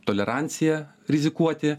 toleranciją rizikuoti